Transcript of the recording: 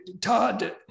Todd